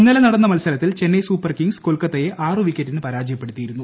ഇന്നലെ നടന്ന രണ്ടാം മത്സരത്തിൽ ചെന്നൈ സൂപ്പർ കിംഗ്സ് കൊൽക്കത്തയെ ആറ് വിക്കറ്റിന് പരാജയപ്പെടുത്തിയിരുന്നു